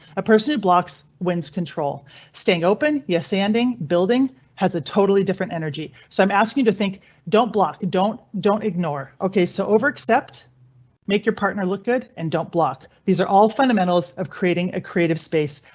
a person who blocks. when's control staying open? yes, anding building has a totally different enerji, so i'm asking you to think don't block, don't don't ignore. ok so over except make your partner look good and don't block. these are all fundamentals of creating a creative space.